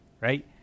right